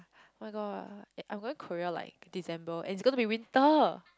[oh]-my-god eh I'm going Korea like December and it's gonna be winter